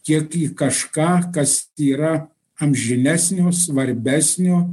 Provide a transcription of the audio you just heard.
kiek į kažką kas yra amžinesnio svarbesnio